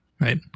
Right